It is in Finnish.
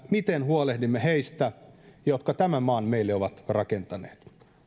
miten huolehdimme heistä jotka tämän maan meille ovat rakentaneet